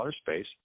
space